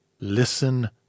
Listen